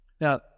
Now